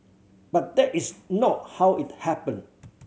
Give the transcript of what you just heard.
but that is not how it happened